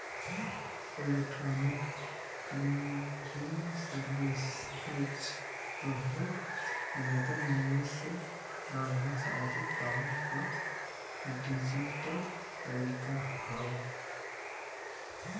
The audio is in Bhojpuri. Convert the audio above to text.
इलेक्ट्रॉनिक क्लियरिंग सर्विसेज तोहरे वेतन, निवेश से लाभांश आदि पावे क डिजिटल तरीका हौ